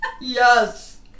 Yes